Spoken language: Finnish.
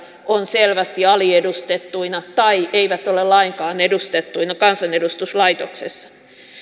on selvästi aliedustettuna tai ei ole lainkaan edustettuna kansanedustuslaitoksessa